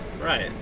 right